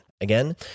Again